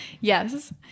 yes